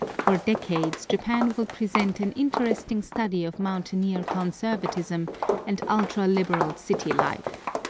for decades japan will present an interesting study of mountaineer conservatism and ultra-liberal city life.